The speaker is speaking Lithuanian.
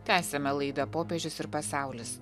tęsiame laidą popiežius ir pasaulis